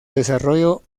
desarrollo